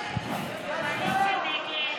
זה לא עבד.